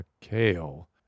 Kale